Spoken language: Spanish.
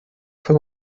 fue